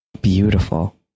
beautiful